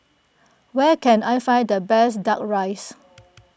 where can I find the best Duck Rice